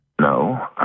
No